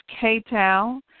K-Town